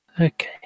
Okay